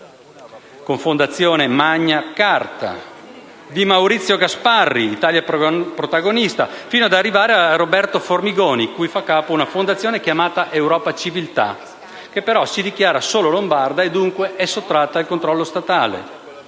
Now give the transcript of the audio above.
con la Fondazione Magna Carta, di Maurizio Gasparri con la Fondazione Italia protagonista, fino ad arrivare a Roberto Formigoni, cui fa capo la Fondazione Europa e civiltà, che si dichiara solo lombarda e dunque è sottratta al controllo statale.